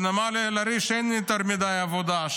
בנמל אל-עריש אין יותר מדי עבודה,